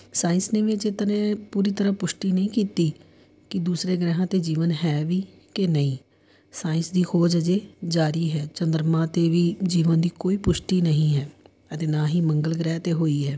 science ਨੇ ਵੀ ਪੂਰੀ ਤਰ੍ਹਾਂ ਪੁਸ਼ਟੀ ਨਹੀਂ ਕੀਤੀ ਕਿ ਦੂਸਰੇ ਗ੍ਰਹਿਆਂ 'ਤੇ ਜੀਵਨ ਹੈ ਵੀ ਕਿ ਨਹੀਂ ਸਾਇੰਸ ਦੀ ਖੋਜ ਅਜੇ ਜਾਰੀ ਹੈ ਚੰਦਰਮਾ 'ਤੇ ਵੀ ਜੀਵਨ ਦੀ ਕੋਈ ਪੁਸ਼ਟੀ ਨਹੀਂ ਹੈ ਅਤੇ ਨਾ ਹੀ ਮੰਗਲ ਗ੍ਰਹਿ 'ਤੇ ਹੋਈ ਹੈ